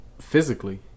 physically